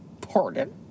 pardon